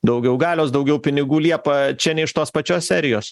daugiau galios daugiau pinigų liepa čia ne iš tos pačios serijos